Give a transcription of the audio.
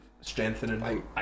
strengthening